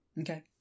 Okay